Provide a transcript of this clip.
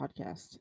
podcast